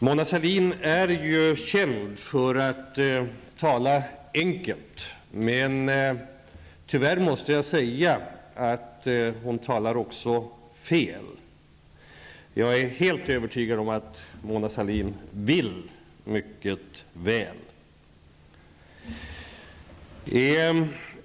Mona Sahlin är känd för att tala enkelt, men tyvärr måste jag säga att hon talar fel. Jag är helt övertygad om att Mona Sahlin vill mycket väl.